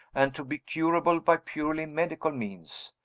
and to be curable by purely medical means.